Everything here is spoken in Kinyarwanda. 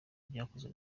ibyakozwe